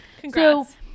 Congrats